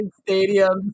stadium